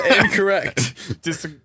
Incorrect